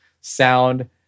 sound